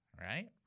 right